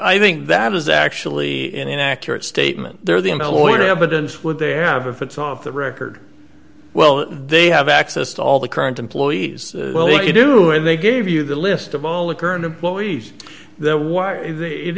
i think that is actually inaccurate statement there the i'm a lawyer evidence would they have if it's off the record well they have access to all the current employees well you do and they gave you the list of all the current employees there why it